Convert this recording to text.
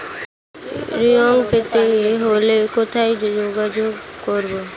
ঋণ পেতে হলে কোথায় যোগাযোগ করব?